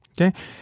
okay